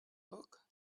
book